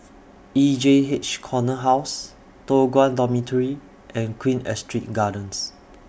E J H Corner House Toh Guan Dormitory and Queen Astrid Gardens